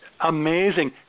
amazing